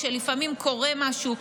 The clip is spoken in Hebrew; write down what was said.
כשלפעמים קורה משהו,